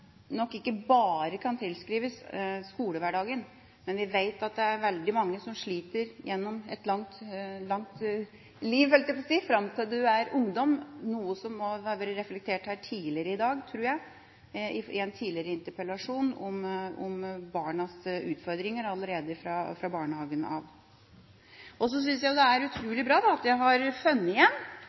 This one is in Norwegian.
nok ikke bare kan tilskrives skolehverdagen. Vi vet at det er veldig mange som sliter gjennom et langt liv, holdt jeg på å si, fram til de er ungdom, noe jeg også tror har vært reflektert over i en tidligere interpellasjon her i dag, om barns utfordringer allerede fra barnehagen av. Så synes jeg det er utrolig bra at vi har «funnet igjen»